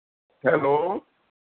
hello